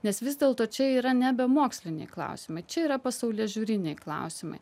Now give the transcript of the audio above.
nes vis dėlto čia yra nebe moksliniai klausimai čia yra pasaulėžiūriniai klausimai